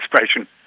expression